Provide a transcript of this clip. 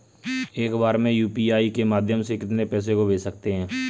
एक बार में यू.पी.आई के माध्यम से कितने पैसे को भेज सकते हैं?